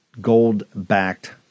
gold-backed